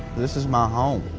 this is my home.